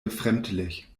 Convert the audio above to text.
befremdlich